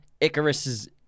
Icarus